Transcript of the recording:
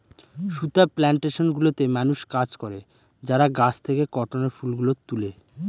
সুতা প্লানটেশন গুলোতে মানুষ কাজ করে যারা গাছ থেকে কটনের ফুল গুলো তুলে